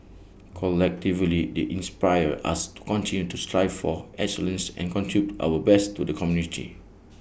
collectively they inspire us to continue to strive for excellence and contribute our best to the community